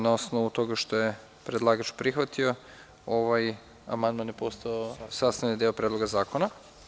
Na osnovu toga što je predlagač prihvatio, ovaj amandman je postao sastavni deo Predloga zakona.